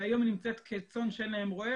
והיום היא נמצאת כצאן שאין להם רועה,